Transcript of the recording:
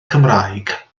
cymraeg